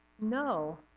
No